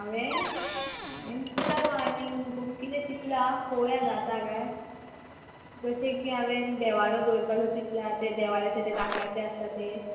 हांवेन हांवेन चिंतला गो आनी खूब किदें चिंतलां पोवया जाता काय जशें की हांवेन देवारो दवरपाचो चिंतलां तें देवऱ्याचे तें लाकडाचें आसता तें